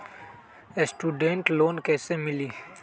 Student loan कैसे मिली?